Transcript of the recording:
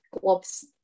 gloves